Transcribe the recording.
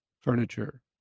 furniture